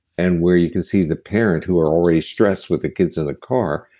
and where you can see the parent, who are already stressed with the kids in the car,